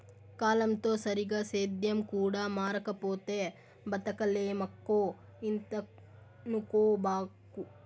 కాలంతో సరిగా సేద్యం కూడా మారకపోతే బతకలేమక్కో ఇంతనుకోబాకు